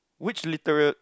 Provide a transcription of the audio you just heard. which literal